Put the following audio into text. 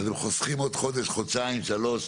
אתם חוסכים עוד חודש, חודשיים, שלושה,